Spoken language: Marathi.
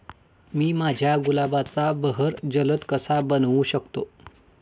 मी माझ्या गुलाबाचा बहर जलद कसा बनवू शकतो?